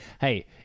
Hey